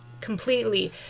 completely